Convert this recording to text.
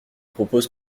propose